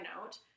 note